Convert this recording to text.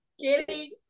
kidding